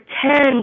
Pretend